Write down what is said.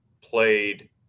played